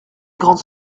grandes